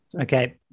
Okay